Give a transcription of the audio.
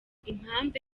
impamvu